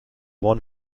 won